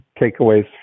takeaways